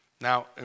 Now